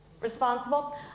responsible